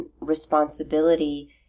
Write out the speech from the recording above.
responsibility